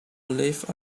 live